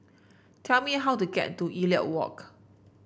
tell me how to get to Elliot Walk